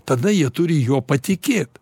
tada jie turi juo patikėt